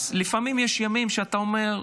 לפעמים יש ימים שאתה אומר: